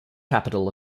capital